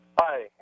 Hi